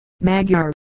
Magyar